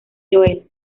joel